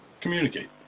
communicate